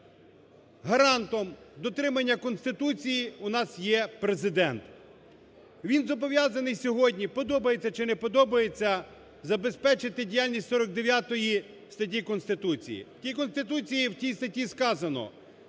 гарантом дотримання Конституції у нас є Президент. Він зобов'язаний сьогодні, подобається чи не подобається, забезпечити діяльність 49 статті Конституції. У Конституції в цій статті сказано: